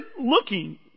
looking